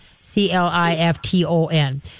c-l-i-f-t-o-n